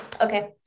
okay